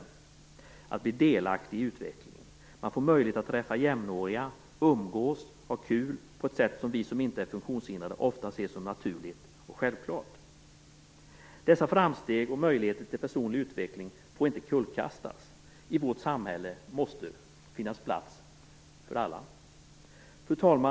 Man blir delaktig i utvecklingen, får möjlighet att träffa jämnåriga, umgås och ha kul på ett sätt som vi, som inte är funktionshindrade, ofta ser som naturligt och självklart. Dessa framsteg och möjligheter till personlig utveckling får inte kullkastas. I vårt samhälle måste det finnas plats för alla. Fru talman!